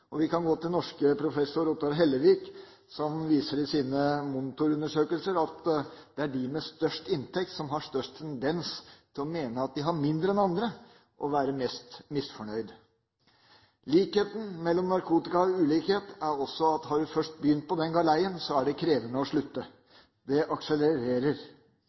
Level». Vi kan gå til den norske professor Ottar Hellevik som i sine monitorundersøkelser viser at det er de med størst inntekt som har størst tendens til å mene at de har mindre enn andre, og være mest misfornøyde. Likheten mellom narkotika og ulikhet er også at har du først begynt på den galeien, er det krevende å slutte – det akselererer.